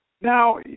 now